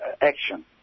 action